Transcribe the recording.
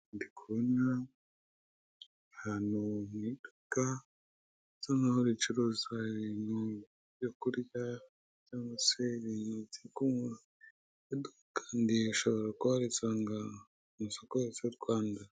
Yandi kubona ahantu, bikasa nkaho ibicuruzwa byo kurya cyangwa se ibitse ku mu kandi bishobora kubaharisanga amasosoko yose y'u rwanda.